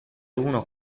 uno